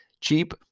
cheap